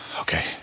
Okay